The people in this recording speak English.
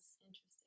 Interesting